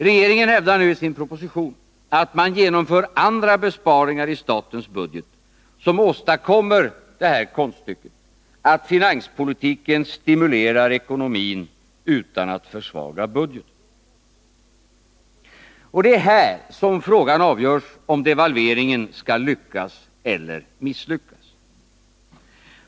Regeringen hävdar i sin proposition att man genomför andra besparingar i statens budget, som åstadkommer konststycket att finanspolitiken stimulerar ekonomin utan att försvaga budgeten. Det är här som frågan avgörs om devalveringen skall lyckas eller misslyckas.